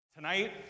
Tonight